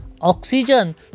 oxygen